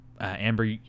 Amber